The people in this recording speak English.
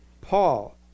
Paul